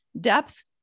depth